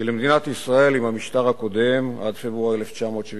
כי למדינת ישראל עם המשטר הקודם, עד 1979,